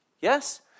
Yes